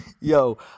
Yo